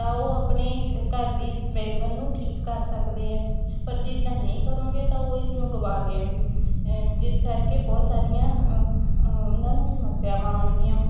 ਤਾਂ ਉਹ ਆਪਣੇ ਘਰ ਦੀ ਮੈਂਬਰ ਨੂੰ ਠੀਕ ਕਰ ਸਕਦੇ ਹੈ ਪਰ ਜਿੱਦਾਂ ਨਹੀਂ ਕਰੋਗੇ ਤਾਂ ਉਹ ਇਸਨੂੰ ਗਵਾ ਦੇਣਗੇ ਜਿਸ ਕਰਕੇ ਬਹੁਤ ਸਾਰੀਆਂ ਉਹਨਾਂ ਨੂੰ ਸਮੱਸਿਆਵਾਂ ਆਉਣਗੀਆਂ